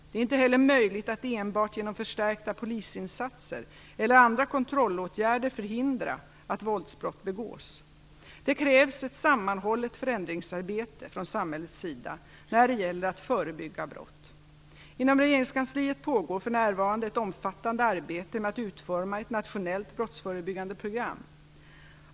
Det är inte heller möjligt att enbart genom förstärkta polisinsatser eller andra kontrollåtgärder förhindra att våldsbrott begås. Det krävs ett sammanhållet förändringsarbete från samhällets sida när det gäller att förebygga brott. Inom regeringskansliet pågår för närvarande ett omfattande arbete med att utforma ett nationellt brottsförebyggande program.